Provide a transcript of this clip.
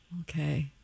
Okay